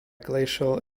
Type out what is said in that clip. glacial